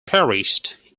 perished